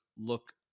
look